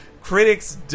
critics